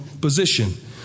position